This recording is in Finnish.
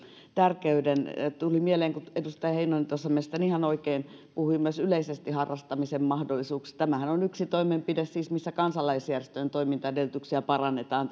tärkeyden tuli mieleen kun edustaja heinonen tuossa mielestäni ihan oikein puhui myös yleisesti harrastamisen mahdollisuuksista niin tämä tuleva toimenpidehän on yksi toimenpide jolla kansalaisjärjestöjen toimintaedellytyksiä parannetaan